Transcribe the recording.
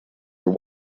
are